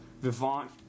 Vivant